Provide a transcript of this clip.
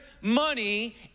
money